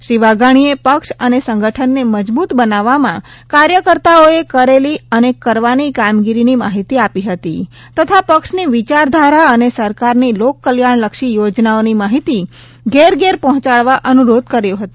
શ્રી વાઘાણીએ પક્ષ અને સંગઠનને મજબુત બનાવવામાં કાર્યકર્તાઓએ કરેલી અને કરવાની કામગીરીની માહિતી આપી હતી તથા પક્ષની વિચારધારા અને સરકારની લોકકલ્યાણ લક્ષી યોજનાઓની માહિતી ઘેર ઘેર પહોંચાડવા અનુરોધ કર્યો હતો